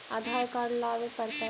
आधार card लाबे पड़तै?